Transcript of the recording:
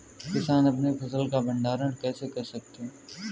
किसान अपनी फसल का भंडारण कैसे कर सकते हैं?